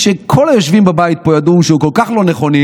שכל היושבים בבית פה לא ידעו שהם כל כך לא נכונים,